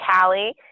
callie